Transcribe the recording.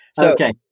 Okay